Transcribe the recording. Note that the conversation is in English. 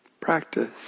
practice